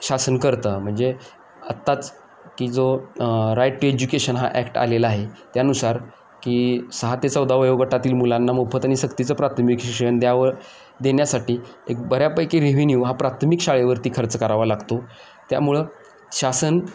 शासन करतं म्हणजे आत्ताच की जो राईट टू एज्युकेशन हा ॲक्ट आलेला आहे त्यानुसार की सहा ते चौदा वयोगटातील मुलांना मोफत आणि सक्तीचं प्राथमिक शिक्षण द्यावर देण्यासाठी एक बऱ्यापैकी रेव्हेन्यू हा प्राथमिक शाळेवरती खर्च करावा लागतो त्यामुळं शासन